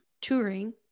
touring